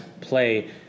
play